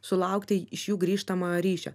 sulaukti iš jų grįžtamojo ryšio